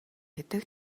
гэдэг